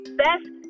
best